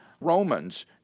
Romans